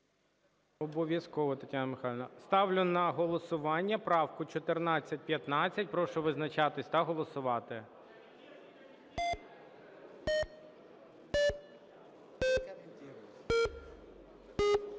Обов'язково, Тетяна Михайлівна. Ставлю на голосування правку 1415. Прошу визначатись та голосувати.